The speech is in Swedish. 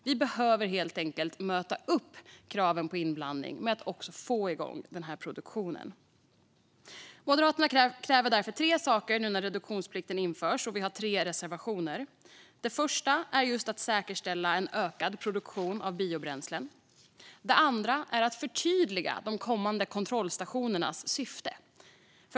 Vi behöver helt enkelt möta kraven på inblandning med att också få igång produktionen. Moderaterna kräver tre saker nu när reduktionsplikten införs, och vi har tre reservationer. Den första reservationen gäller just att säkerställa en ökad produktion av biobränslen. Den andra reservationen gäller att förtydliga de kommande kontrollstationernas syfte.